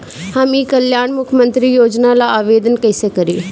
हम ई कल्याण मुख्य्मंत्री योजना ला आवेदन कईसे करी?